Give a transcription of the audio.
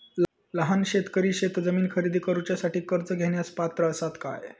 लहान शेतकरी शेतजमीन खरेदी करुच्यासाठी कर्ज घेण्यास पात्र असात काय?